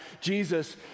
Jesus